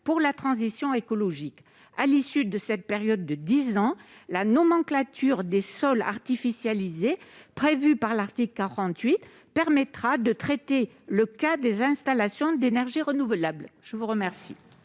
pour la transition écologique. À l'issue de cette période de dix ans, la nomenclature des sols artificialisés prévue par l'article 48 permettra de traiter le cas des installations d'énergies renouvelables. La parole